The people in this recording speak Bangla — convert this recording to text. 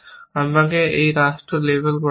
আমাকে এই রাষ্ট্র লেবেল করা যাক